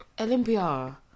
olympia